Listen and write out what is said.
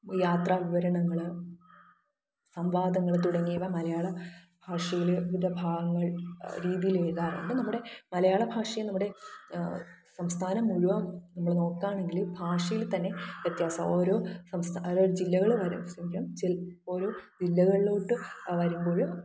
യാത്രാവിവരണങ്ങൾ സംവാദങ്ങൾ തുടങ്ങിയവ മലയാള ഭാഷയിൽ വിവിധ ഭാവങ്ങൾ രീതിയിലെഴുതാറുണ്ട് നമ്മുടെ മലയാള ഭാഷയെ നമ്മുടെ സംസ്ഥാനം മുഴുവൻ നമ്മൾ നോക്കുകയാണെങ്കിൽ ഭാഷയിൽ തന്നെ വ്യത്യാസം ഓരോ സംസ്ഥാനം ഓരോ ജില്ലകൾ വരു ക്ഷമിക്കണം ജില്ല ഓരോ ജില്ലകളിലോട്ട് വരുമ്പോൾ